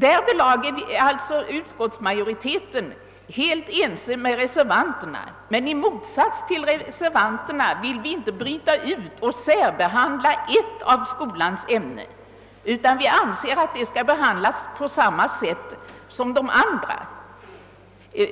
Därvidlag är utskottsmajoriteten helt ense med reservanterna, men i motsats till reservanterna har majoriteten inte velat bryta ut och särbehandla ett av skolans ämnen, utan vi anser att detta skall behandlas på samma sätt som de andra.